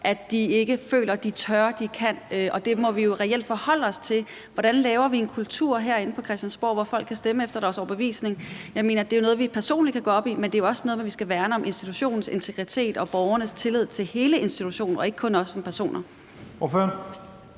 at de ikke føler, at de tør eller kan det, og det må vi jo reelt forholde os til. Hvordan laver vi en kultur herinde på Christiansborg, hvor folk kan stemme efter deres overbevisning? Det er noget, vi personligt kan gå op i, men det er jo også noget med, at vi skal værne om institutionens integritet og borgernes tillid til hele institutionen og ikke kun os som personer.